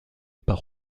par